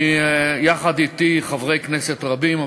יחד אתי חברי כנסת רבים,